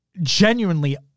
genuinely